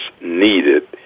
needed